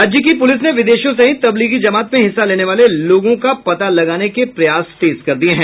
राज्य की पुलिस ने विदेशियों सहित तब्लीगी जमात में हिस्सा लेने वाले लोगों का पता लगाने के प्रयास तेज कर दिए हैं